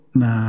na